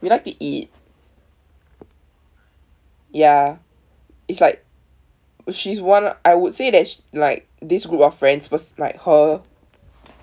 we like to eat ya it's like she's one I would say that s~ like this group of friends was like her